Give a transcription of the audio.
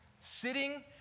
Sitting